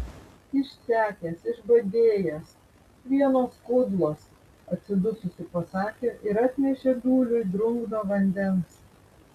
išsekęs išbadėjęs vienos kudlos atsidususi pasakė ir atnešė dūliui drungno vandens